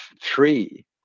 three